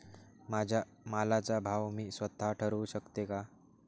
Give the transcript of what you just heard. माझ्या मालाचा भाव मी स्वत: ठरवू शकते का?